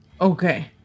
Okay